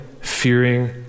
fearing